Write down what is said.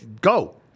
go